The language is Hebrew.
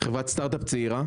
חברת סטארטאפ צעירה.